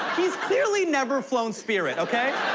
he's clearly never flown spirit, okay?